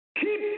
Keep